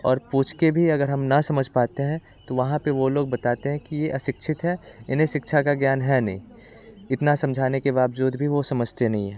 और पूछ के भी अगर हम ना समझ पाते हैं तो वहाँ पे वो लोग बताते हैं कि ये अशिक्षित हैं इन्हें शिक्षा का ज्ञान है नहीं इतना समझाने के बावजूद भी वो समझते नहीं है